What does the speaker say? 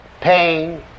pain